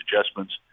adjustments